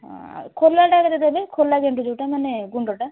ହଁ ଆଉ ଖୋଲାଟା କେତେ ଦେବେ ଖୋଲା ଗେଣ୍ଡୁ ଯେଉଁଟା ମାନେ ଗୁଣ୍ଡଟା